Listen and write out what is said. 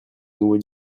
nouveau